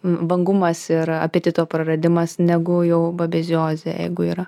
vangumas ir apetito praradimas negu jau babeziozė jeigu yra